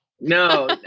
No